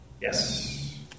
yes